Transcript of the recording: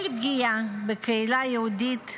כל פגיעה בקהילה היהודית,